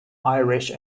irish